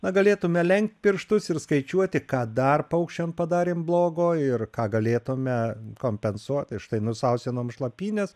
na galėtume lenkt pirštus ir skaičiuoti ką dar paukščiam padarėm blogo ir ką galėtume kompensuoti štai nusausinom šlapynes